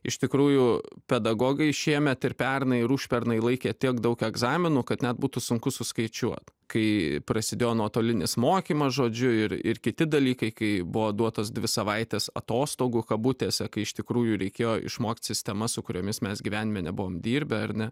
iš tikrųjų pedagogai šiemet ir pernai ir užpernai laikė tiek daug egzaminų kad net būtų sunku suskaičiuot kai prasidėjo nuotolinis mokymas žodžiu ir ir kiti dalykai kai buvo duotos dvi savaitės atostogų kabutėse kai iš tikrųjų reikėjo išmokt sistemas su kuriomis mes gyvenime nebuvom dirbę ar ne